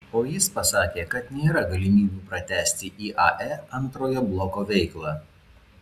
o jis pasakė kad nėra galimybių pratęsti iae antrojo bloko veiklą